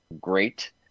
great